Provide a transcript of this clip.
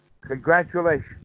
Congratulations